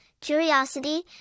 curiosity